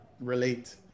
relate